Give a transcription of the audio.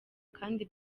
kandi